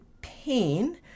pain